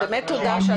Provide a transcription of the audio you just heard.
באמת תודה.